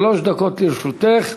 שלוש דקות לרשותך.